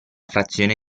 frazione